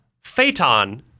Phaeton